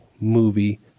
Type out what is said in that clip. movie